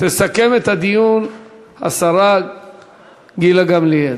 תסכם את הדיון השרה גילה גמליאל.